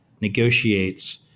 negotiates